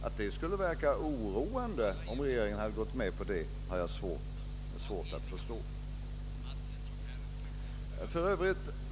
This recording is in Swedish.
Att det skulle ha verkat oroande, om regeringen handlat så, har jag svårt att förstå.